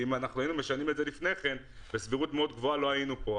אם היינו משנים את זה לפני כן בסבירות גבוהה מאוד לא היינו פה.